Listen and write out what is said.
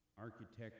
architect